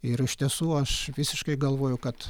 ir iš tiesų aš visiškai galvoju kad